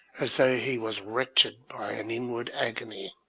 as though he was wrenched by an inward agony,